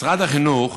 משרד החינוך